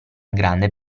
gran